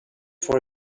for